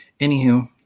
anywho